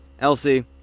Elsie